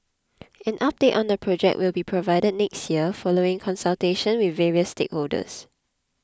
an update on the project will be provided next year following consultations with various stakeholders